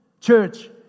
church